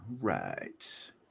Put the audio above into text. right